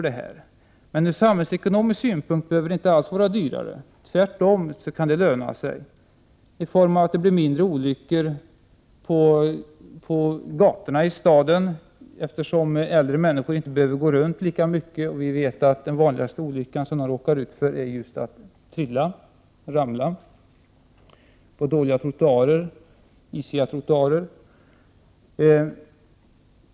Men från samhällsekonomisk synpunkt behöver det inte alls bli dyrare. Tvärtom kan det löna sig, eftersom det kan bli färre olyckor på gatorna. Äldre människor behöver inte gå omkring lika mycket. Vi vet ju att den vanligaste olyckan som äldre råkar ut för är den att de ramlar omkull på dåliga eller isiga trottoarer.